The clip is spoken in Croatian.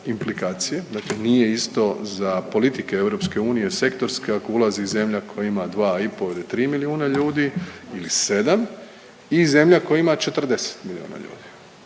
implikacije, dakle nije isto za politike EU, sektorske ako ulazi zemlja koja ima 2,5 ili 3 milijuna ljudi ili 7 i zemlja koja ima 40 milijuna ljudi,